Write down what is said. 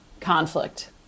conflict